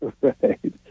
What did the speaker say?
Right